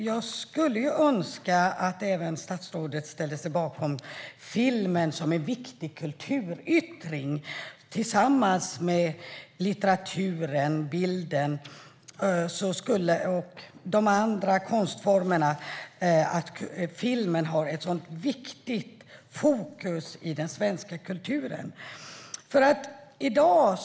Jag skulle önska att även statsrådet ställer sig bakom filmen som en viktig kulturyttring tillsammans med litteraturen, bilden och de andra konstformerna, eftersom filmen har ett så viktigt fokus i den svenska kulturen.